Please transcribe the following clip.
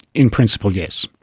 in principle, yes,